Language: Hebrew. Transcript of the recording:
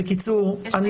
בקיצור...